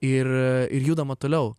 ir ir judama toliau